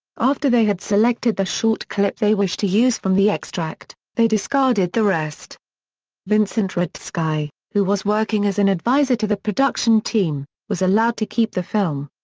after they had selected the short clip they wished to use from the extract, they discarded the rest vincent-rudzki, so who was working as an adviser to the production team, was allowed to keep the film.